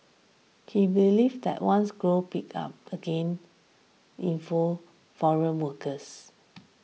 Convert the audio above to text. he believed that once growth picked up again inflow foreign workers